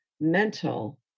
mental